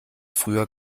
früher